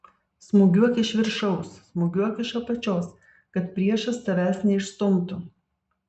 smūgiuok iš viršaus smūgiuok iš apačios kad priešas tavęs neišstumtų